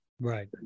Right